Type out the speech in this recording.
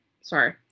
Sorry